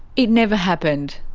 it never happened.